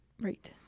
Right